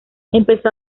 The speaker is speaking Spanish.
empezó